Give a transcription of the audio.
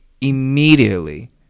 immediately